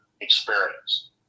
experience